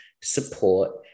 support